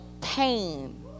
pain